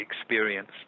experience